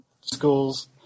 schools